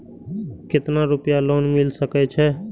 केतना रूपया लोन मिल सके छै?